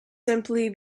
simply